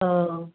औ